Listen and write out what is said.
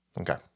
Okay